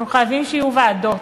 אנחנו חייבים שיהיו ועדות.